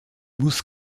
muss